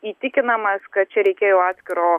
įtikinamas kad čia reikėjo atskiro